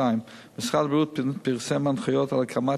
2. משרד הבריאות פרסם הנחיות על הקמת